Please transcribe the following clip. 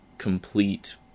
complete